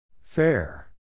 Fair